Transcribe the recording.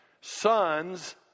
sons